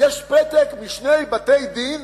יש פתק משני בתי-דין,